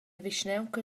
vischnaunca